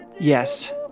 Yes